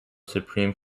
supreme